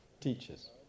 teachers